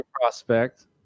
prospect